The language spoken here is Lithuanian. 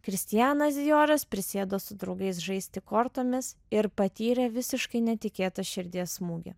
kristianas dioras prisėdo su draugais žaisti kortomis ir patyrė visiškai netikėtą širdies smūgį